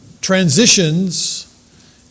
transitions